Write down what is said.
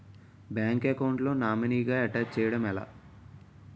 Bank account లో నామినీగా attach చేయడం ఎలా?